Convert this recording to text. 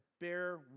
bear